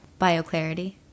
Bioclarity